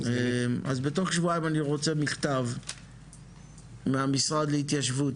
אז בתוך שבועיים אני רוצה מכתב מהמשרד להתיישבות,